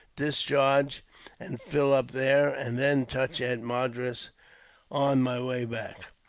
discharge and fill up there, and then touch at madras on my way back.